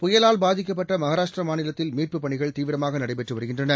புயலால் பாதிக்கப்பட்ட மகாராஷ்டிரா மாநிலத்தில் மீட்புப் பணிகள் தீவிரமாக நடைபெற்று வருகின்றன